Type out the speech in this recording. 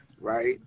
right